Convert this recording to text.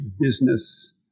business